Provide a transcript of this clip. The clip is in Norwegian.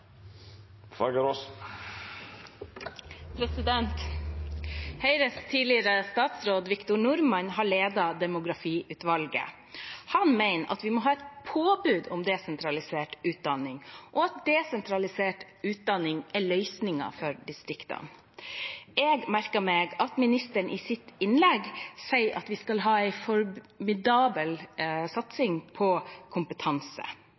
Høyres tidligere statsråd Victor Norman har ledet demografiutvalget. Han mener at vi må ha et påbud om desentralisert utdanning, og at desentralisert utdanning er løsningen for distriktene. Jeg merket meg at ministeren i sitt innlegg sier at vi skal ha en formidabel satsing på kompetanse.